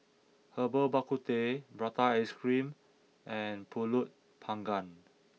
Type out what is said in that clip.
Herbal Bak Ku Teh Prata Ice Cream and Pulut Panggang